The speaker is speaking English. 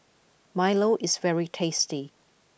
Milo is very tasty